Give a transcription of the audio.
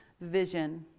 vision